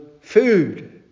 food